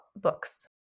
books